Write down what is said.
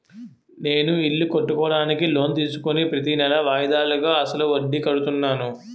నేను ఇల్లు కట్టుకోడానికి లోన్ తీసుకుని ప్రతీనెలా వాయిదాలుగా అసలు వడ్డీ కడుతున్నాను